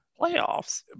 playoffs